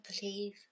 believe